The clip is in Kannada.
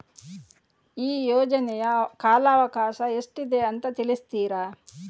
ಈ ಯೋಜನೆಯ ಕಾಲವಕಾಶ ಎಷ್ಟಿದೆ ಅಂತ ತಿಳಿಸ್ತೀರಾ?